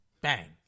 bang